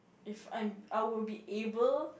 if I'm I will be able